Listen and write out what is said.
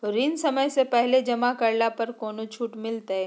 ऋण समय से पहले जमा करला पर कौनो छुट मिलतैय?